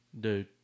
dude